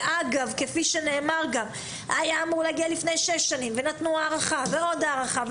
וכפי שנאמר נתנו הארכה ועוד הארכה.